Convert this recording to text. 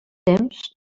temps